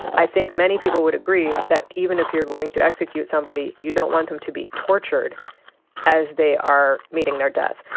i think many people would agree that even if you're going to execute somebody, you don't want them to be tortured as they are meeting their death.